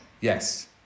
Yes